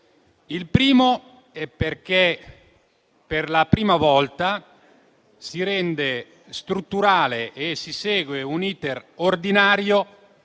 In primo luogo, per la prima volta si rende strutturale e si segue un *iter* ordinario